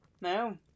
No